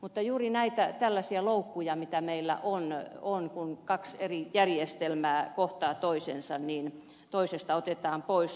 mutta juuri näitä tällaisia loukkuja meillä on kun kaksi eri järjestelmää kohtaa toisensa että toisesta otetaan pois